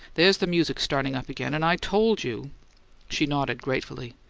there's the music startin' up again, and i told you she nodded gratefully.